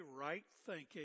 right-thinking